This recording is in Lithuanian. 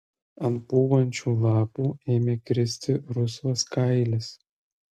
ant pūvančių lapų ėmė kristi rusvas kailis